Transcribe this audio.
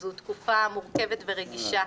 זו תקופה מורכבת ורגישה.